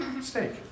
steak